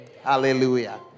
Hallelujah